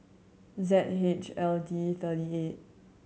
Z H L D thirty eight